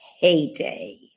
heyday